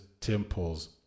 temples